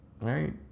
right